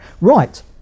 Right